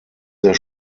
sehr